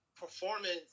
performance